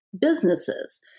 businesses